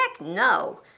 no